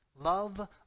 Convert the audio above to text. Love